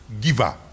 giver